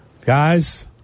Guys